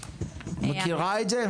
את מכירה את זה?